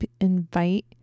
invite